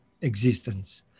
existence